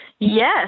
Yes